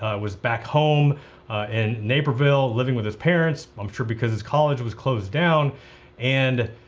ah was back home in naperville living with his parents, i'm sure because his college was closed down and